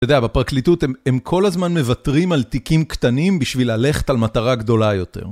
אתה יודע, בפרקליטות הם כל הזמן מוותרים על תיקים קטנים, בשביל ללכת על מטרה גדולה יותר.